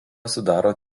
sudaro